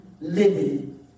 living